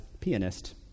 pianist